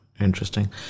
Interesting